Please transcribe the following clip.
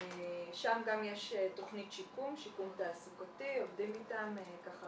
שם גם יש תכנית שיקום תעסוקתי, עובדים איתם כדי